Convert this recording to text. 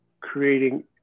creating